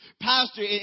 Pastor